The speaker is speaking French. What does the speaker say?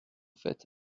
faites